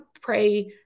pray